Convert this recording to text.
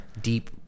deep